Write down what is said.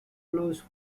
closed